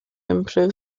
improve